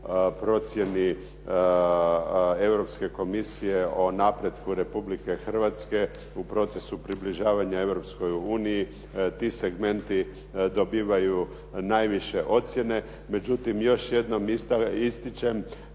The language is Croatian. procjeni Europske komisije o napretku Republike Hrvatske u procesu približavanja Europskoj uniji, ti segmenti dobivaju najviše ocjene. Međutim, još jednom ističem